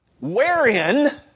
Wherein